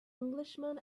englishman